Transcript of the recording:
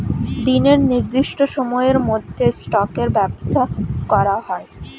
দিনের নির্দিষ্ট সময়ের মধ্যে স্টকের ব্যবসা করা হয়